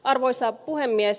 arvoisa puhemies